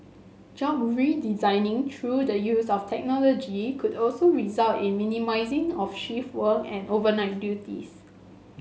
job redesigning through the use of technology could also result in minimising of shift work and overnight duties